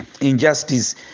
injustice